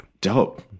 dope